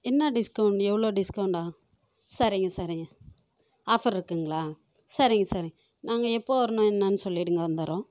என்ன டிஸ்கவுண்ட் எவ்வளோ டிஸ்கவுண்ட் சரிங்க சரிங்க ஆஃபர் இருக்குங்களா சரிங்க சரிங்க நாங்கள் எப்போ வரணும் என்னான்னு சொல்லிடுங்க வந்துறோம்